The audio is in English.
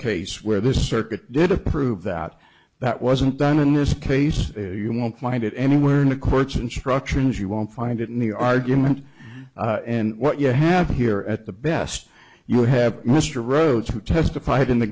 case where this circuit did approve that that wasn't done in this case you won't find it anywhere in the court's instructions you won't find it in the argument and what you have here at the best you have mr rose who testified in the